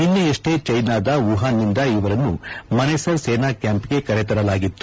ನಿನ್ನೆಯಷ್ಟೆ ಚೀನಾದ ವುಹಾನ್ನಿಂದ ಇವರನ್ನು ಮನೆಸರ್ ಸೇನಾಕ್ಕಾಂಪ್ಗೆ ಕರೆತರಲಾಗಿತ್ತು